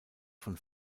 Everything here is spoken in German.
von